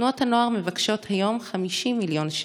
תנועות הנוער מבקשות היום 50 מיליון שקלים,